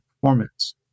performance